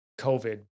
COVID